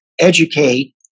educate